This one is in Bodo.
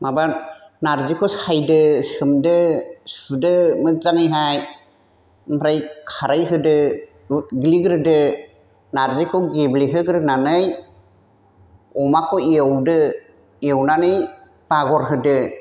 माबा नारजिखौ सायदो सोमदो सुदो मोजाङैहाय ओमफ्राय खारै होदो उग्लिग्रोदो नारजिखौ गेब्लेहोग्रोनानै अमाखौ एवदो एवनानै बागरहोदो